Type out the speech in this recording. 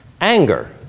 Anger